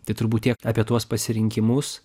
tai turbūt tiek apie tuos pasirinkimus